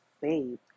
babe